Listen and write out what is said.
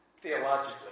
theologically